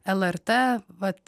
lrt vat